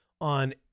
on